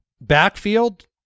backfield